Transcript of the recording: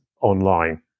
online